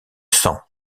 sang